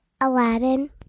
Aladdin